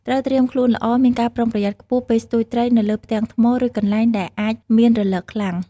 ត្រូវត្រៀមខ្លួនល្អ មានការប្រុងប្រយ័ត្នខ្ពស់ពេលស្ទូចត្រីនៅលើផ្ទាំងថ្ម ឬកន្លែងដែលអាចមានរលកខ្លាំង។